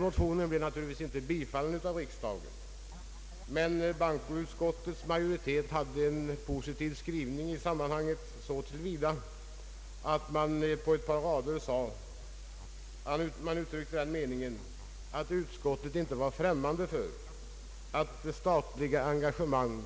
Motionen blev beklagligtvis inte bifallen av riksdagen, men bankoutskottets majoritet hade en positiv skrivning i sammanhanget så till vida att man på ett par rader uttryckte den meningen att utskottet inte var främmande för att statliga engagemang